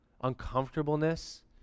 uncomfortableness